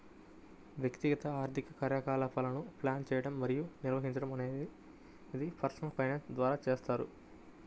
వ్యక్తిగత ఆర్థిక కార్యకలాపాలను ప్లాన్ చేయడం మరియు నిర్వహించడం అనేది పర్సనల్ ఫైనాన్స్ ద్వారా చేస్తారు